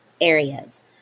areas